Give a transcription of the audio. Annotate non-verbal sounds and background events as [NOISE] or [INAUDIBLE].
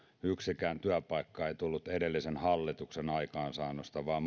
yksikään työpaikka ei tullut edellisen hallituksen aikaansaamisista vaan [UNINTELLIGIBLE]